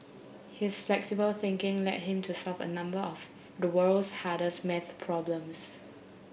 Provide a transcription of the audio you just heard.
his flexible thinking led him to solve a number of the world's hardest math problems